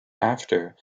after